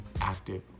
active